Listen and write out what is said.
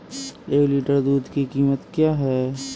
एक लीटर दूध की कीमत क्या है?